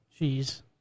Jeez